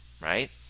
Right